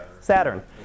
Saturn